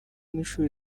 n’ishuri